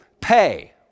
pay